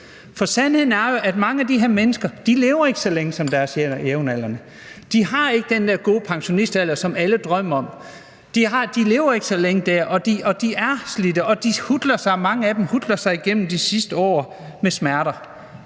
For sandheden er jo, at mange af de her mennesker lever ikke så længe som deres jævnaldrende. De har ikke den der gode pensionistalder, som alle drømmer om. De lever ikke så længe, og de er slidte, og mange af dem hutler sig igennem de sidste år med smerter.